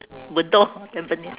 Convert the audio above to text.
bedok tampines